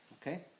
Okay